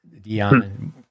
Dion